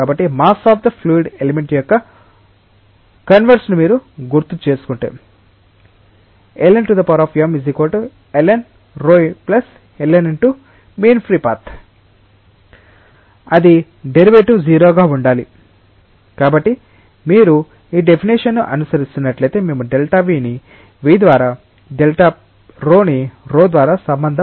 కాబట్టి mass of the fluid element యొక్క conserve ను మీరు గుర్తుంచుకుంటే అది డెరివేటివ్ 0 గా ఉండాలి కాబట్టి మీరు ఈ డెఫినెషన్ ను అనుసరిస్తున్నట్లయితే మేము Δv ను v ద్వారా Δ𝜌 ను 𝜌 ద్వారా సంబంధం కలిగి ఉంటాము